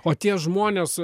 o tie žmonės